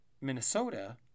Minnesota